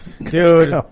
Dude